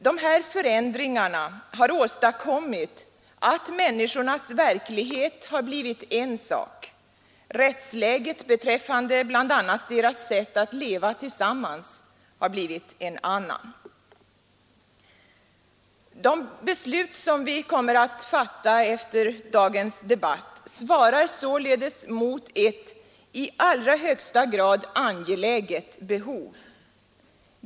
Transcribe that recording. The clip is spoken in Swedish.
De här förändringarna har åstadkommit att människornas verklighet har blivit en sak; rättsläget beträffande bl.a. deras sätt att leva tillsammans har blivit en annan sak. De beslut som vi kommer att fatta efter dagens debatt svarar således mot ett i allra högsta grad angeläget behov.